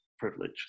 privilege